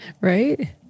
Right